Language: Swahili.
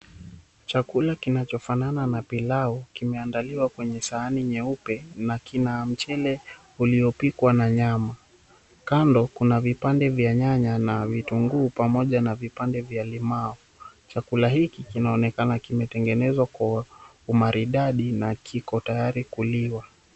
Chakula kinachofanana na pilau kimeandaliwa kwenye sahani nyeupe na kina mchele uliopikwa na nyama. Kando, kuna vipande vya nyanya na vitunguu pamoja na vipande vya limau. Chakula hiki kinaonekana kimetengenezwa kwa umaridadi na kiko tayari kuliwa.